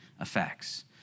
effects